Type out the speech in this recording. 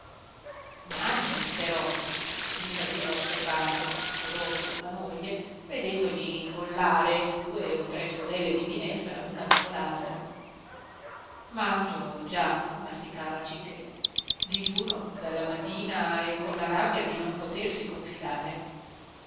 mangi però gli faceva osservare poco dopo la moglie vedendogli ingollare due e tre scodelle di minestra una dopo l'altra mangio già masticava cichè digiuno dalla mattina e con la rabbia di non potersi confidare